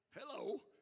Hello